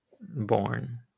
born